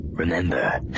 Remember